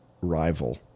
rival